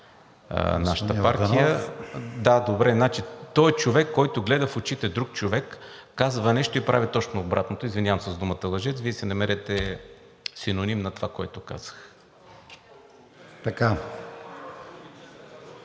Да, добре. Значи, той е човек, който гледа в очите друг човек, казва нещо и прави точно обратното. Извинявам се за думата лъжец, Вие си намерете синоним на това, което казах.